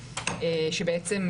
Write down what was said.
שבעצם,